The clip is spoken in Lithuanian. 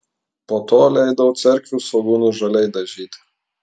po to leidau cerkvių svogūnus žaliai dažyti